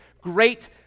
great